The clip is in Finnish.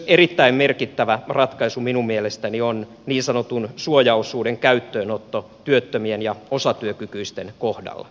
erittäin merkittävä ratkaisu minun mielestäni on myös niin sanotun suojaosuuden käyttöönotto työttömien ja osatyökykyisten kohdalla